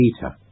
Peter